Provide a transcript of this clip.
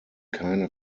keine